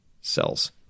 cells